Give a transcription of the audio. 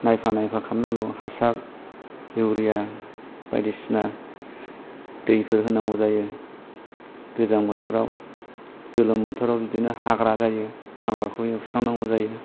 नायफा नायफा खालामनांगौ हासार इउरिया बायदिसिना दैफोर होनांगौ जायो गोजां बोथोराव गोलोम बोथोराव बिदिनो हाग्रा जायो हाग्राखौ एवस्रां नांगौ जायो